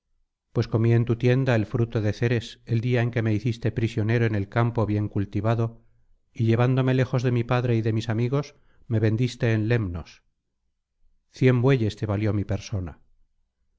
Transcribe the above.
pues comí en tu tienda el fruto de ceres el día en que me hiciste prisionero en el campo bien cultivado y llevándome lejos de mi padre y de mis amigos me vendiste en lemnos cien bueyes te valió mi persona